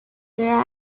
their